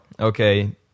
Okay